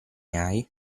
hai